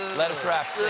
lettuce wrap,